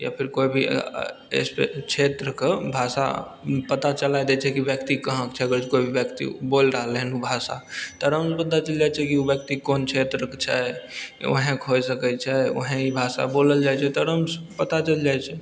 या फिर कोइ भी क्षेत्र कऽ भाषा पता चलाए दै छै कि व्यक्ति कहाँ कऽ छै केओ भी व्यक्ति बोलि रहलै हन ओ भाषा तऽ आरामसँ पता चलि जाइत छै कि ओ व्यक्ति कोन क्षेत्र कऽ छै वहाँ ई भाषा बोलल जाइत छै तऽ आरामसँ पता चलि जाइत छै